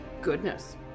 Goodness